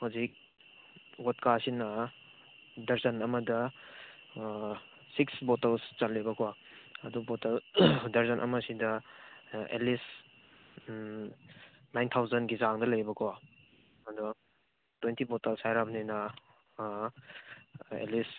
ꯍꯧꯖꯤꯛ ꯕꯣꯠꯀꯥꯁꯤꯅ ꯗꯖꯟ ꯑꯃꯗ ꯁꯤꯛꯁ ꯕꯣꯇꯜꯁ ꯆꯠꯂꯦꯕꯀꯣ ꯑꯗꯨ ꯕꯣꯇꯜꯁ ꯗꯔꯖꯟ ꯑꯃꯁꯤꯗ ꯑꯥ ꯑꯦꯠꯂꯤꯁ ꯅꯥꯏꯟ ꯊꯥꯎꯖꯟꯒꯤ ꯆꯥꯡꯗ ꯂꯩꯕꯀꯣ ꯑꯗꯣ ꯇ꯭ꯋꯦꯟꯇꯤ ꯕꯣꯇꯜꯁ ꯍꯥꯏꯔꯕꯅꯤꯅ ꯑꯥ ꯑꯦꯠꯂꯤꯁ